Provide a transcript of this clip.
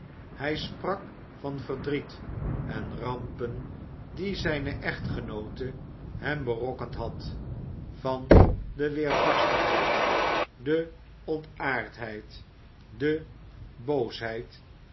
hij sprak van verdriet en rampen die zijne echtgenoote hem berokkend had van de weerbarstigheid de ontaardheid die boosheid